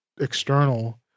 external